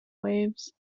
waves